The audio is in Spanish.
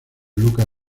lucas